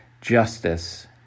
justice